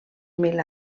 mil